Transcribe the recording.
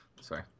sorry